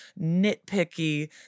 nitpicky